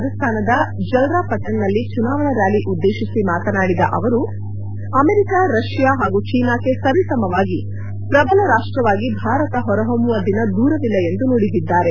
ರಾಜಸ್ತಾನದ ಜಲ್ರಾಪಟ್ಟಣ್ನಲ್ಲಿ ಚುನಾವಣಾ ರ್ಗಾಲಿ ಉದ್ದೇಶಿಸಿ ಮಾತನಾಡಿದ ಅವರು ಅಮೆರಿಕ ರಷ್ಯಾ ಹಾಗೂ ಚೀನಾಕ್ಕೆ ಸರಿಸಮವಾಗಿ ಪ್ರಬಲ ರಾಷ್ವವಾಗಿ ಭಾರತ ಹೊರಹೊಮ್ಮುವ ದಿನ ದೂರವಿಲ್ಲ ಎಂದು ನುಡಿದಿದ್ದಾರೆ